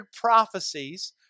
prophecies